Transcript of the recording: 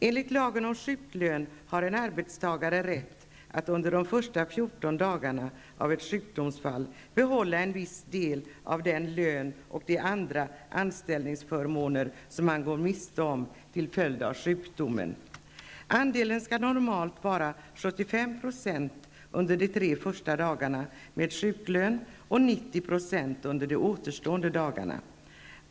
''Enligt lagen -- om sjuklön -- har en arbetstagare rätt att under de första fjorton dagarna av ett sjukdomsfall -- behålla viss andel av den lön och av de andra anställningsförmåner som han går miste om till följd av sjukdomen. Andelen skall normalt vara 75 % under de första tre dagarna med sjuklön och 90 % under de återstående dagarna.